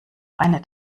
eine